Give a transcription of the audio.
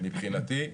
מבחינתי.